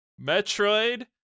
Metroid